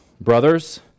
brothers